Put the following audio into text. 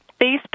Facebook